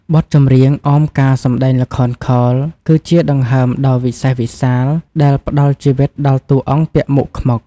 បទចម្រៀងអមការសម្ដែងល្ខោនខោល គឺជាដង្ហើមដ៏វិសេសវិសាលដែលផ្ដល់ជីវិតដល់តួអង្គពាក់មុខខ្មុក។